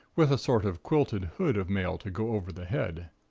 with a sort of quilted hood of mail to go over the head.